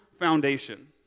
foundation